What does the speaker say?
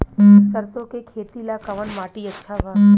सरसों के खेती ला कवन माटी अच्छा बा?